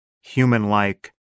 human-like